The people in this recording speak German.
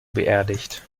beerdigt